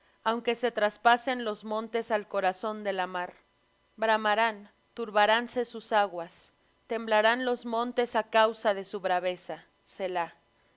aunque se traspasen los montes al corazón de la mar bramarán turbaránse sus aguas temblarán los montes á causa de su braveza selah del río